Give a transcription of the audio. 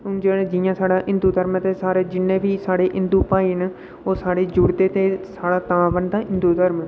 हून जि'यां साढ़ा हिंदु धर्म ऐ ते सारे जिन्ने बी साढ़े हिंदु भाई न ओह् सारे जुड़दे ते तां बनदा हिंदु धर्म